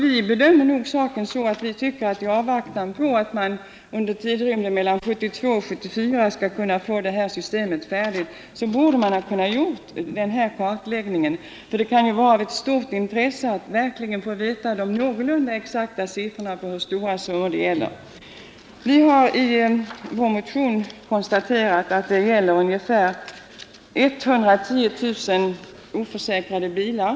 I avvaktan på att man under tiden 1972-1974 skall få kontrollmärkessystemet färdigt, borde man ha kunnat göra denna kartläggning. Det kan nämligen vara av stort intresse att verkligen få veta någorlunda exakt hur stora siffror det gäller. Vi har i vår motion konstaterat att det gäller ungefär 110 000 oförsäkrade bilar.